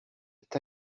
est